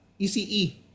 ECE